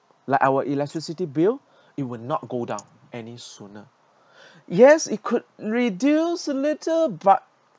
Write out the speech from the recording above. like our electricity bill it will not go down any sooner yes it could reduce a little but